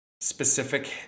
specific